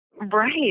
Right